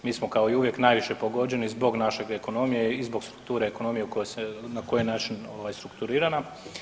Mi smo kao i uvijek najviše pogođeni zbog naše ekonomije i zbog strukture ekonomije na koji način je strukturirana.